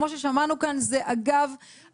כמו ששמענו כאן, זה א'-ב'.